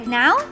now